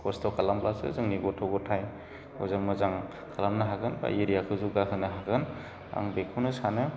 खस्थ' खालाब्लासो जोंनि गथ' गथाइखौजों मोजां खालामनो हागोन बा एरियाखौ जौगा होनो हागोन आं बेखौनो सानो